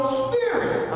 spirit